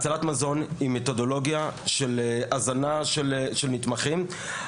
הצלת מזון היא מתודולוגיה של הזנה של נתמכים,